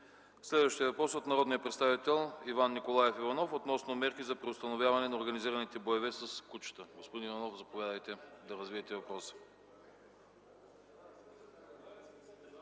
Следващият въпрос е от народния представител Иван Николаев Иванов относно мерки за преустановяване на организираните боеве с кучета. Господин Иванов, заповядайте да развиете въпроса.